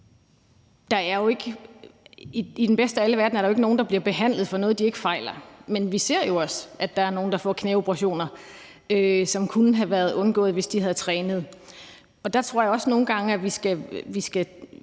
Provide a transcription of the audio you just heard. i den bedste af alle verdener er der jo ikke nogen, der bliver behandlet for noget, de ikke fejler. Men vi ser jo også, at der er nogle, der får knæoperationer, som kunne have været undgået, hvis de havde trænet, og der tror jeg også nogle gange, at vi skal